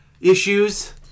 issues